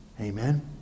Amen